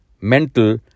mental